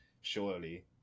surely